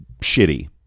shitty